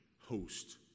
host